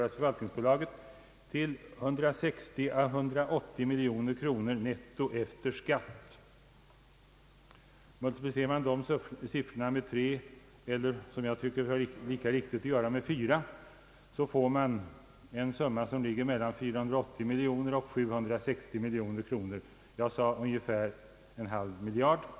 ett statligt förvaltningsbolag m.m. föras till förvaltningsbolaget till 160— 180 miljoner kronor netto efter skatt.» Multiplicerar man de siffrorna med tre, eller som jag tycker är lika riktigt med fyra, får man en summa som ligger mellan 480 och 720 miljoner kronor. Jag sade ungefär en halv miljard kronor.